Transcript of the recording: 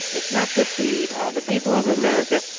it's not good for the the people of america.